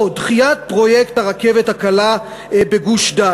או דחיית פרויקט הרכבת הקלה בגוש-דן,